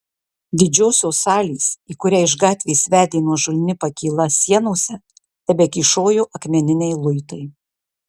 didžiosios salės į kurią iš gatvės vedė nuožulni pakyla sienose tebekyšojo akmeniniai luitai